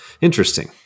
Interesting